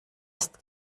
ist